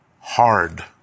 Hard